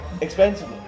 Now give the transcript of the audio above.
expensive